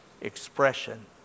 expression